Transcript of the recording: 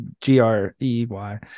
G-R-E-Y